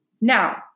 Now